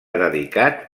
dedicat